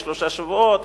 יש שלושה שבועות,